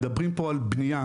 מדברים פה על בנייה,